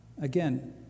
Again